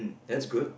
that's good